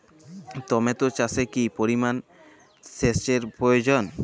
Tomato চাষে কি পরিমান সেচের প্রয়োজন?